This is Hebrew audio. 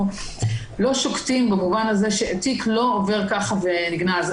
לא שוקטים במובן הזה שהתיק לא עובר ככה ונגנז.